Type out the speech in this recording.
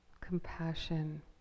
compassion